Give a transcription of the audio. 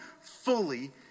fully